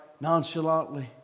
nonchalantly